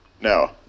No